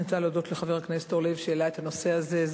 אני רוצה להודות לחבר הכנסת אורלב שהעלה את הנושא הזה.